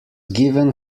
given